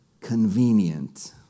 convenient